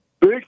Big